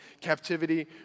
captivity